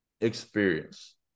experience